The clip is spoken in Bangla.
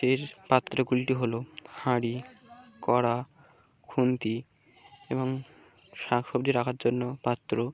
সেই পাত্রগুলি হলো হাঁড়ি কড়া খুন্তি এবং শাক সবজি রাখার জন্য পাত্র